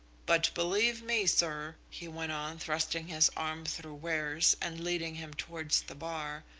but believe me, sir, he went on, thrusting his arm through ware's and leading him towards the bar,